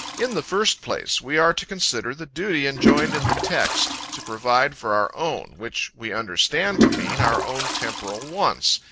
in the first place, we are to consider the duty enjoined in the text, to provide for our own which we understand to mean our own temporal wants,